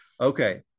Okay